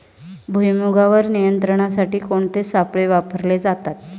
भुईमुगावर नियंत्रणासाठी कोणते सापळे वापरले जातात?